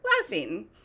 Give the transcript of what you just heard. laughing